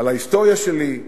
על ההיסטוריה שלי,